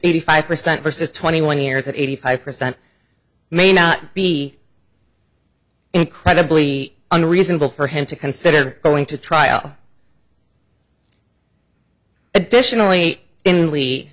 eighty five percent vs twenty one years at eighty five percent may not be incredibly unreasonable for him to consider going to trial additionally in